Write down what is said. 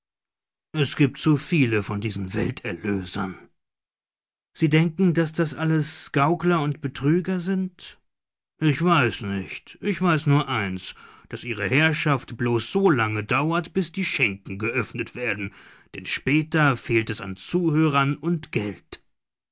es gibt zu viel von diesen welterlösern sie denken daß das alles gaukler und betrüger sind ich weiß nicht ich weiß nur eins daß ihre herrschaft bloß so lange dauert bis die schenken geöffnet werden denn später fehlt es an zuhörern und geld